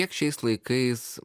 juk šiais laikais